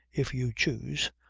if you choose,